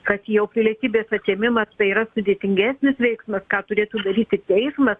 kad jau pilietybės atėmimas tai yra sudėtingesnis veiksmas ką turėtų daryti teismas